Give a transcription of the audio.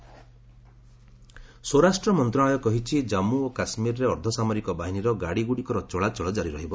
MHA ସ୍ୱରାଷ୍ଟ୍ର ମନ୍ତ୍ରଣାଳୟ କହିଛି କାମ୍ମୁ ଓ କାଶ୍କୀରରେ ଅର୍ଦ୍ଧସାମରିକ ବାହିନୀର ଗାଡ଼ିଗୁଡ଼ିକର ଚଳାଚଳ ଜାରି ରହିବ